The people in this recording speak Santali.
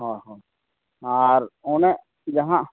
ᱦᱮᱸ ᱦᱮᱸ ᱟᱨ ᱚᱱᱮ ᱡᱟᱦᱟᱸ